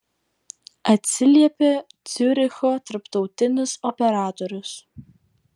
atsiliepė ciuricho tarptautinis operatorius